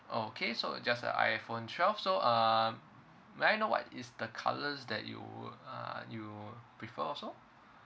okay so it just uh iphone twelve so um may I know what is the colours that you would uh you prefer also